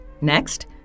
Next